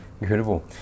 Incredible